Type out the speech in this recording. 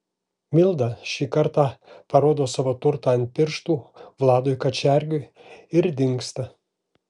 milda šį kartą parodo savo turtą ant pirštų vladui kačergiui ir dingsta